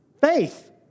faith